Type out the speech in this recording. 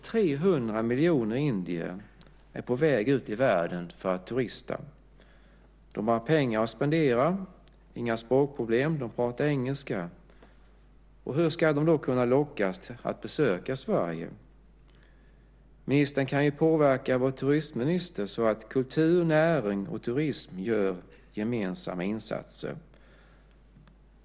300 miljoner indier är på väg ut i världen för att turista. De har pengar att spendera. De har inga språkproblem; de pratar engelska. Hur ska de lockas att besöka Sverige? Ministern kan ju påverka vår turistminister så att kultur, näring och turism gör gemensamma insatser.